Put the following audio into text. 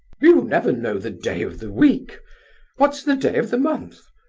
you never know the day of the week what's the day of the month?